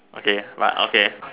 okay but okay